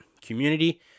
community